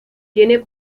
tiene